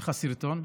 איך הסרטון?